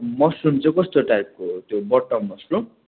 mushroom चाहिँ कस्तो टाइपको त्यो बटन मसरुम